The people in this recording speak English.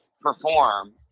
perform